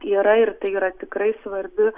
yra ir tai yra tikrai svarbi